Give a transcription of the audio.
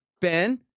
Ben